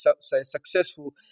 successful